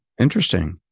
interesting